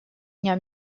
дня